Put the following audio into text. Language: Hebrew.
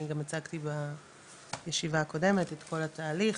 אני גם הצגתי בישיבה הקודמת את כל התהליך,